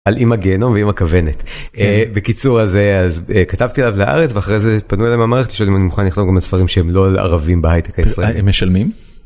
על אימא גיהנום ואימא כוונת. אה, בקיצור, אז אה... אז, א-כתבתי עליו לארץ, ואחרי זה, פנו אליי במערכת שא-אני מוכן לכתוב גם ספרים שהם לא ערבים בהייטק הישראלי. הם משלמים?